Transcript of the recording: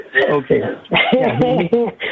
Okay